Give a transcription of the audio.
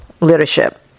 leadership